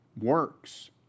works